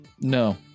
No